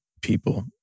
people